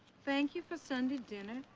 thank you for sunday dinner.